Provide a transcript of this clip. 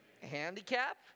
Handicap